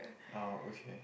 oh okay